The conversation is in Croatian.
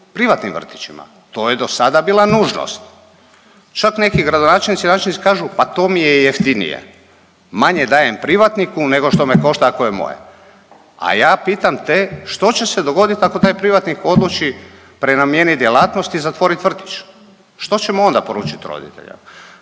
privatnim vrtićima. To je do sada bila nužnost, čak neki gradonačelnici, načelnici kažu pa to mi je jeftinije, manje dajem privatniku nego što me košta ako je moje. A ja pitam te što će se dogodit ako taj privatnik odluči prenamijenit djelatnost i zatvorit vrtić, što ćemo onda poručit roditeljima?